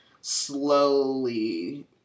slowly